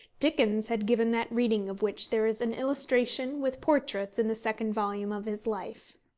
dickens had given that reading of which there is an illustration with portraits in the second volume of his life.